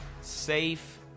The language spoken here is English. safe